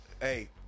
hey